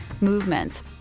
movements